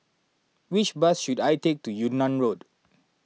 which bus should I take to Yunnan Road